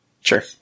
Sure